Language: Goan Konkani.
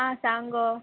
आ सांग गो